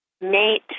mate